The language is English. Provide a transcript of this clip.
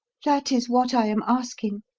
that is what i am asking.